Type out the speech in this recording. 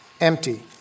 empty